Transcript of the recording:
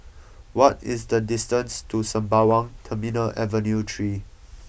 what is the distance to Sembawang Terminal Avenue Three